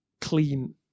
clean